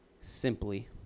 simply